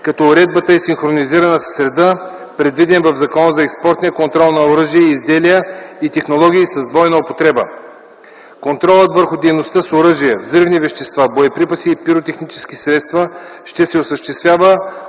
като уредбата е синхронизирана с реда, предвиден в Закона за експортния контрол на оръжия и изделия и технологии с двойна употреба. Контролът върху дейностите с оръжия, взривни вещества, боеприпаси и пиротехнически средства ще се осъществява